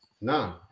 No